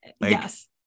Yes